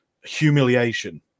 humiliation